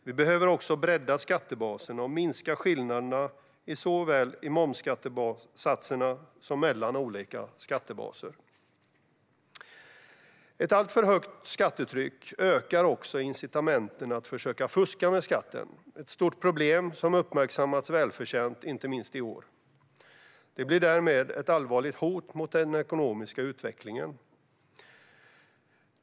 Vi behöver också bredda skattebaserna och minska skillnaderna, såväl i momsskattesatserna som mellan olika skattebaser. Ett alltför högt skattetryck ökar också incitamenten för att försöka fuska med skatten. Det är ett stort problem som uppmärksammats med rätta, inte minst i år. Det är ett allvarligt hot mot den ekonomiska utvecklingen.